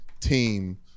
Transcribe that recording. team